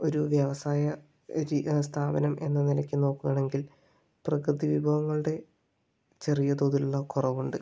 ഒരു വ്യവസായ സ്ഥാപനം എന്ന നിലയ്ക്ക് നോക്കുകയാണെങ്കിൽ പ്രകൃതി വിഭവങ്ങളുടെ ചെറിയ തോതിലുള്ള കുറവുണ്ട്